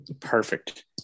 Perfect